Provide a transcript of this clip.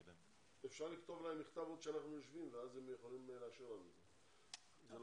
אפשר לכתוב להם מכתב בעוד אנחנו יושבים ואז הם יכולים לאשר לנו את זה.